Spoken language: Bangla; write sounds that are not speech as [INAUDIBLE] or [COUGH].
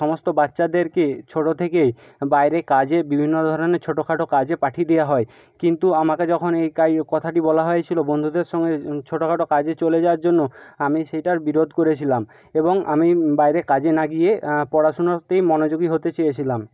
সমস্ত বাচ্চাদেরকে ছোটো থেকেই বাইরে কাজে বিভিন্ন ধরণের ছোটো খাটো কাজে পাঠিয়ে দেওয়া হয় কিন্তু আমাকে যখন এই [UNINTELLIGIBLE] কথাটি বলা হয়েছিলো বন্ধুদের সঙ্গে ছোটো খাটো কাজে চলে যাওয়ার জন্য আমি সেইটার বিরোধ করেছিলাম এবং আমি বাইরে কাজে না গিয়ে পড়াশুনোতেই মনযোগী হতে চেয়েছিলাম